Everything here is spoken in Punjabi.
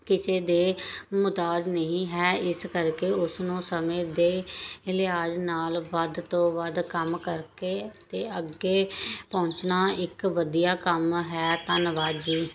ਕਿਸੇ ਦੇ ਮੁਹਤਾਜ਼ ਨਹੀਂ ਹੈ ਇਸ ਕਰਕੇ ਉਸਨੂੰ ਸਮੇਂ ਦੇ ਲਿਹਾਜ਼ ਨਾਲ ਵੱਧ ਤੋਂ ਵੱਧ ਕੰਮ ਕਰਕੇ ਅਤੇ ਅੱਗੇ ਪਹੁੰਚਣਾ ਇੱਕ ਵਧੀਆ ਕੰਮ ਹੈ ਧੰਨਵਾਦ ਜੀ